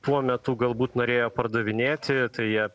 tuo metu galbūt norėjo pardavinėti tai jie